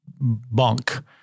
bunk